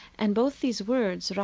and both these words, sort of